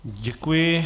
Děkuji.